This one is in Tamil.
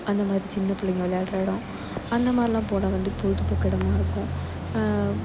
அந்தமாதிரி சின்ன பிள்ளைங்க விளையாட்ற இடம் அந்தமாதிரிலாம் போனால் வந்து பொழுதுபோக்கு இடமா இருக்கும்